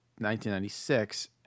1996